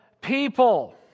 people